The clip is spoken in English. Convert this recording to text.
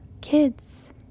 kids